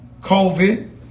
COVID